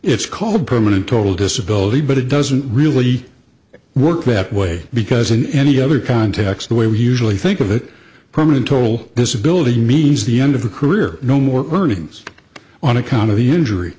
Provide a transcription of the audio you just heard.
permanent total disability but it doesn't really work that way because in any other context the way we usually think of it permanent total disability means the end of the career no more earnings on account of the injury